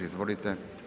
Izvolite.